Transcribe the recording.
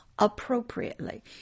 appropriately